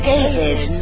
David